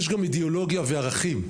יש גם אידיאולוגיה וערכים,